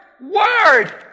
word